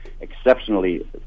exceptionally